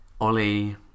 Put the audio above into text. Ollie